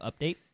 update